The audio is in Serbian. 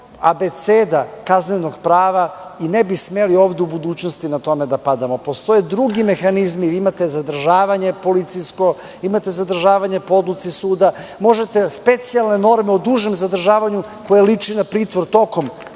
abeceda kaznenog prava i ne bi smeli ovde u budućnosti na tome da padamo. Postoje drugi mehanizmi. Imate policijsko zadržavanje, po odluci suda. Možete specijalne norme o dužem zadržavanju koje liči na pritvor tokom